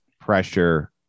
pressure